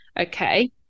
Okay